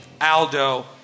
Aldo